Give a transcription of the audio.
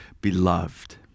beloved